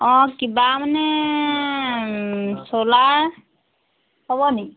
অঁ কিবা মানে ছোলাৰ হ'ব নেকি